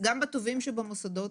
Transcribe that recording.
גם בטובים שבמוסדות,